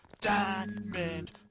diamond